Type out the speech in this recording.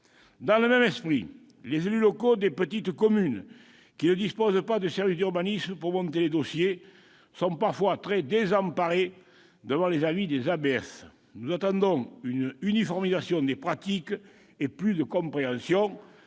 Dans le même esprit, les élus locaux des petites communes, qui ne disposent pas de service d'urbanisme pour monter les dossiers, sont parfois très désemparés devant les avis des ABF. Nous attendons une uniformisation des pratiques et plus de compréhension.